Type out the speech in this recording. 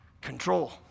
control